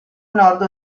nord